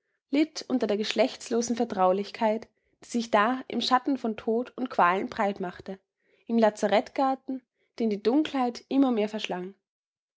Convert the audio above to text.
litt unter der geschlechtslosen vertraulichkeit die sich da im schatten von tod und qualen breit machte im lazarettgarten den die dunkelheit immer mehr verschlang